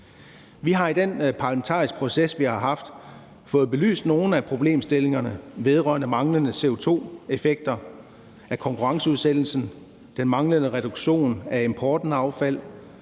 Vi har i den parlamentariske proces, vi har haft, fået belyst nogle af problemstillingerne vedrørende manglende CO2-effekter af konkurrenceudsættelsen, den manglende reduktion af importen af affald